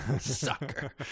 sucker